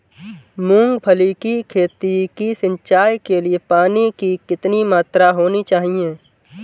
मूंगफली की खेती की सिंचाई के लिए पानी की कितनी मात्रा होनी चाहिए?